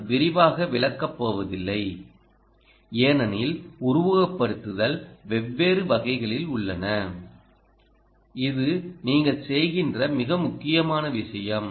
நான் விரிவாக விளக்கப் போவதில்லை ஏனெனில் உருவகப்படுத்துதல்கள் வெவ்வேறு வகைகளில் உள்ளன இது நீங்கள் செய்கிற மிக முக்கியமான விஷயம்